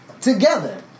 together